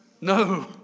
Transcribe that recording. No